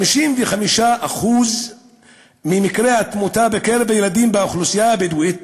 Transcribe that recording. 55% ממקרי התמותה בקרב הילדים באוכלוסייה הבדואית